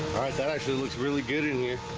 that actually looks really good in here